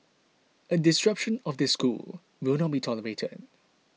a disruption of the school will not be tolerated